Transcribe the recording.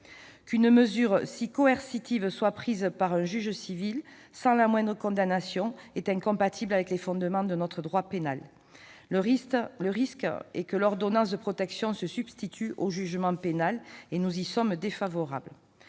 Qu'une mesure si coercitive puisse être prise par un juge civil, sans la moindre condamnation, nous semble incompatible avec les fondements de notre droit pénal. Le risque est effectivement que l'ordonnance de protection se substitue au jugement pénal ; nous y sommes défavorables.